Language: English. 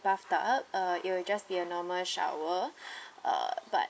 bathtub uh it will just be a normal shower uh but